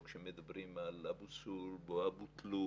או כשמדברים על אבו סולב או על אבו תלול